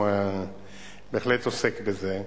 הוא בהחלט עוסק בזה.